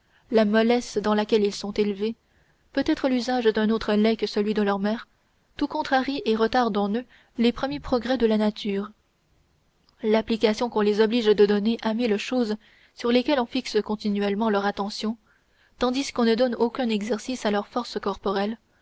la mollesse dans laquelle ils sont élevés peut-être l'usage d'un autre lait que celui de leur mère tout contrarie et retarde en eux les premiers progrès de la nature l'application qu'on les oblige de donner à mille choses sur lesquelles on fixe continuellement leur attention tandis qu'on ne donne aucun exercice à leurs forces corporelles